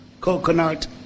coconut